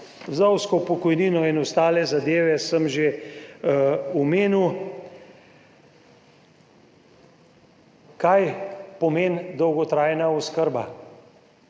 Vdovsko pokojnino in ostale zadeve sem že omenil. Kaj pomeni dolgotrajna oskrba